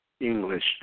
English